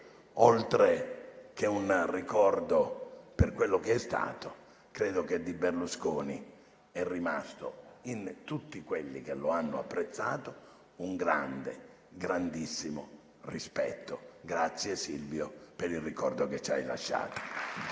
oltre che un ricordo per quello che è stato, credo che di Berlusconi sia rimasto in tutti coloro che lo hanno apprezzato un grande, grandissimo rispetto. Grazie Silvio per il ricordo che ci hai lasciato.